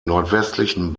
nordwestlichen